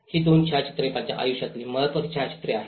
ही दोन छायाचित्रे माझ्या आयुष्यातील महत्त्वाची छायाचित्रे आहेत